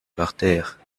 parterres